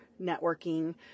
networking